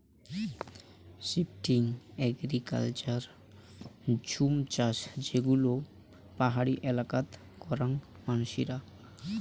shifting agriculture jhum চাষ যে গুলো পাহাড়ি এলাকাত করাত মানসিরা